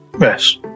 Yes